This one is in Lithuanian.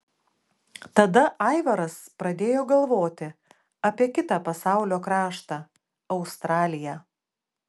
tada aivaras pradėjo galvoti apie kitą pasaulio kraštą australiją